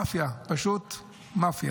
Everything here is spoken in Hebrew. מאפיה, פשוט מאפיה.